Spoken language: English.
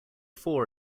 four